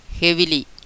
heavily